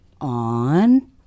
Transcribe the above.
on